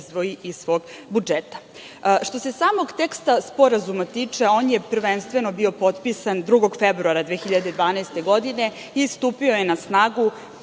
izdvoji iz svog budžeta. Što se samog teksta sporazuma tiče, on je prvenstveno bio potpisan 2. februara 2012. godine i stupio je na snagu